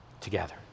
together